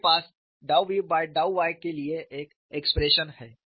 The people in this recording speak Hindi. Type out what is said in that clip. मेरे पास v बाय y के लिए एक एक्सप्रेशन है